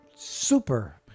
Super